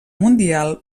mundial